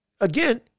again